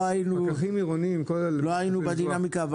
פקחים עירוניים --- לא היינו בדינאמיקה,